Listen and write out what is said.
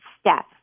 step